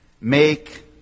Make